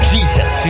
Jesus